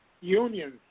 unions